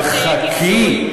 אבל חכי,